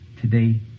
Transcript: today